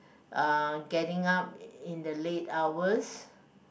uh getting up in the late hours